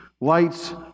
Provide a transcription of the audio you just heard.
lights